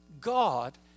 God